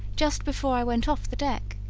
just before i went off the deck,